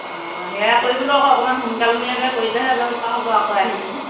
অঁ সেইয়া কৰিবলৈও আকৌ অকমান সোনকাল মূৰিয়াকৈ কৰিলেহে যাব পৰা হ'ব আকৌ আহিপিনি